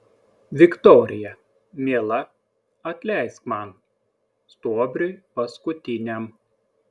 viktorija miela atleisk man stuobriui paskutiniam